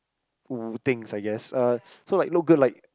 woo things I guess uh so like look good like